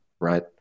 Right